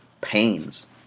pains